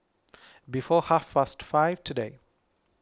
before half past five today